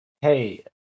Hey